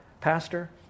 Pastor